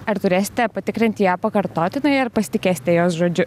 ar turėsite patikrinti ją pakartotinai ar pasitikėsite jos žodžiu